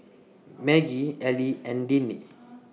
Maggie Eli and Dennie